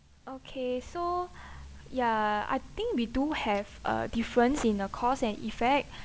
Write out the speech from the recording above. okay so ya I think we do have a difference in the cause and effect